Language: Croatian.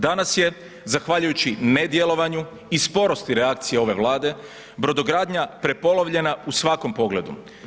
Danas je zahvaljujući nedjelovanju i sporosti reakcije ove Vlade, brodogradnja prepolovljena u svakom pogledu.